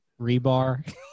rebar